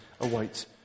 await